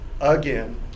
again